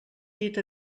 llit